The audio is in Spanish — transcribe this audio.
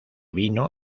vino